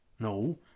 No